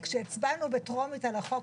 כשהצבענו בטרומית על החוק,